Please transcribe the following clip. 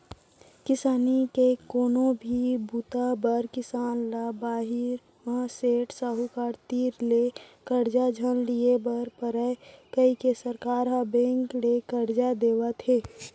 किसानी के कोनो भी बूता बर किसान ल बाहिर म सेठ, साहूकार तीर ले करजा झन लिये बर परय कइके सरकार ह बेंक ले करजा देवात हे